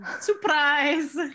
Surprise